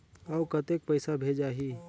अउ कतेक पइसा भेजाही?